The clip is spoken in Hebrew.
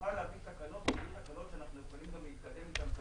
שנוכל להביא תקנות שאנחנו יכולים להתקדם איתן קדימה.